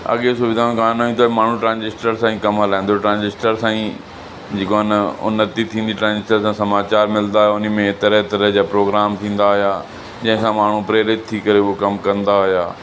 अॻे सुविधाऊं कोन हुयूं त माण्हूं ट्रांजेस्टर सां ई कमु हलाईंदो हुयो ट्रांजेस्टर सां ई जेको आहे न उन्नति थींदी ट्रांजेस्टर सां समाचार मिलंदा ऐं उन में तरह तरह जा प्रोग्राम थींदा हुया जंहिं सां माण्हूं प्रेरित थी करे उहो कमु कंदा हुया